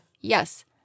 yes